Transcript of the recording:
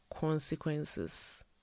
consequences